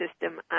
system